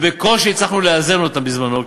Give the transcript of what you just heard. בקושי הצלחנו לאזן אותן בזמנו,